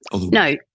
No